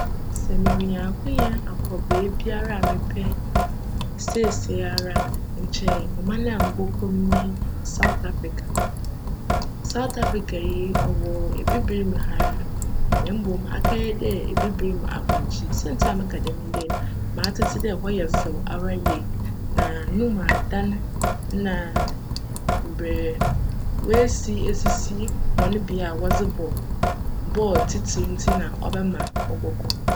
Sj merenya akwanya akc beebiara a mepj seseiara, nkyj cman a mobckc mu nye 'South Africa'. South Africa wc ebibir mu ha ara mbom akjyj dj ebibir mu aborckyir. Siantsir a mereka djm nye dj, m'atsetse dj hc yj fjw ara yie na no mu adan na mbrj woesi esisi hcn bea wcdze bc bccl tsitsir ntsi na cbjma mobckc hc.